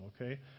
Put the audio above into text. Okay